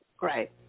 Right